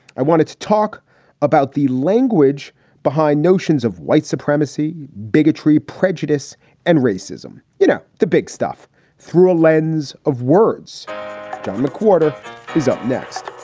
i wanted to talk about the language behind notions of white supremacy, bigotry, prejudice and racism. you know, the big stuff through a lens of words john mcwhorter is up next